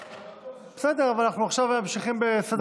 בסדר, אבל אנחנו עכשיו ממשיכים בסדר-היום.